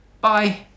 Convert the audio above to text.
Bye